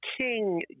king